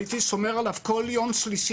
הייתי שומר עליו כל יום שלישי,